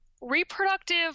Reproductive